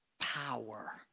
Power